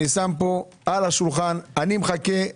אני מחכה,